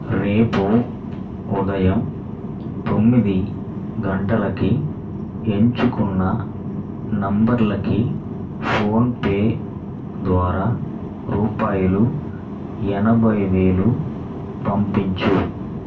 రేపు ఉదయం తొమ్మిది గంటలకి ఎంచుకున్న నంబర్లకి ఫోన్ పే ద్వారా రూపాయలు ఎనభై వేలు పంపించు